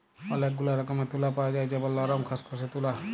ওলেক গুলা রকমের তুলা পাওয়া যায় যেমল লরম, খসখসে তুলা